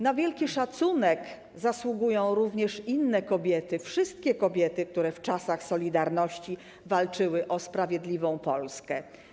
Na wielki szacunek zasługują również inne kobiety, wszystkie kobiety, które w czasach „Solidarności” walczyły o sprawiedliwą Polskę.